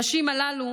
הנשים הללו